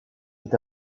est